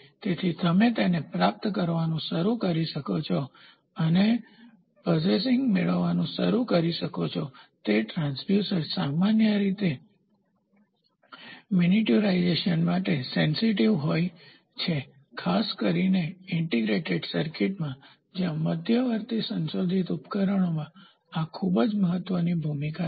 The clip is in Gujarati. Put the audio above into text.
તેથી તમે તેને પ્રાપ્ત કરવાનું શરૂ કરી શકો છો અને પઝેસીન્ગકબજો મેળવવાનું શરૂ કરી શકો છો તે ટ્રાન્સડ્યુસર સામાન્ય રીતે મિનિટ્યુરાઇઝેશન માટે સેન્સીટીવસંવેદનશીલ હોય છે ખાસ કરીને ઇન્ટિગ્રેટેડ સર્કિટ્સમાં જ્યાં મધ્યવર્તી સંશોધિત ઉપકરણોમાં આ ખૂબ જ મહત્વપૂર્ણ ભૂમિકા રાખે છે